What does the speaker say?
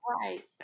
Right